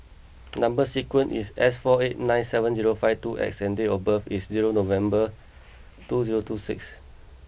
number sequence is S four eight nine seven zero five two X and date of birth is zero November two zero two six